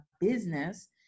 business